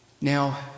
Now